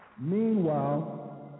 meanwhile